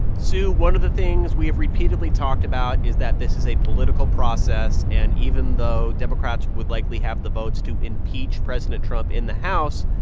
sue, one of the things we have repeatedly talked about is that this is a political process. and even though democrats would likely have the votes to impeach president trump in the house,